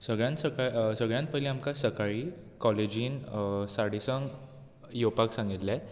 सगल्यान सका सगल्यान पयलीं आमकां सकाळीं काॅलेजीन साडेसंक येवपाक सांगिल्लें